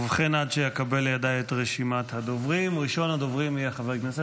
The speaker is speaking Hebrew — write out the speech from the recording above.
5 עופר כסיף